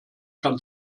kann